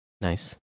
Nice